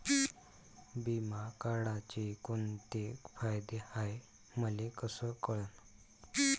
बिमा काढाचे कोंते फायदे हाय मले कस कळन?